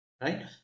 right